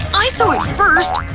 i saw it first!